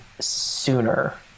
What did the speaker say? sooner